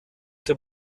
der